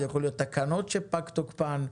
אלה יכולות להיות תקנות שפג תוקפן,